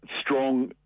strong